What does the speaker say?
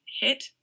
hit